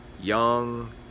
Young